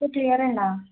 ഇത് ക്ലിയർ ഉണ്ടോ